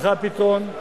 צריכה פתרון,